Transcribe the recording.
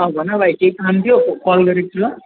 अँ भन भाइ केही काम थियो कल गरेको थियो